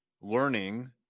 learning